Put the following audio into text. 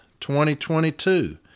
2022